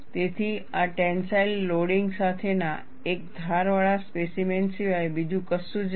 તેથી આ tensile loading સાથેના એક ધારવાળા સ્પેસીમેન સિવાય બીજું કશું જ નથી